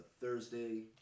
Thursday